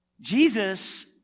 Jesus